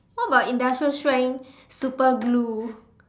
what about industrial strength super glue